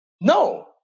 No